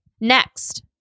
Next